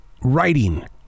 Writing